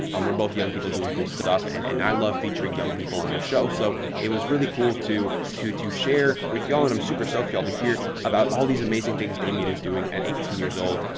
um we're both young people doing cool stuff and and i love featuring young people on the show. so it was really cool to to to share with y'all and i'm super stoked so for y'all to hear about all these amazing things damian is doing at eighteen years old.